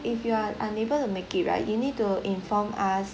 if you are unable to make it right you need to inform us